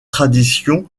traditions